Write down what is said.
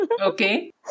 Okay